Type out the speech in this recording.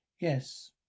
Yes